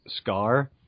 scar